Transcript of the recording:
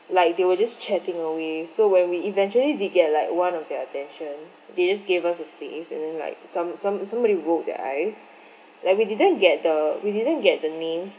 like they were just chatting away so when we eventually did get like one of their attention they just gave us a face and then like some some somebody rolled their eyes like we didn't get the we didn't get the names